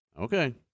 Okay